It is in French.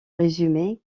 résumer